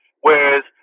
whereas